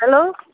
hello